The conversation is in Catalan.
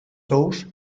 tous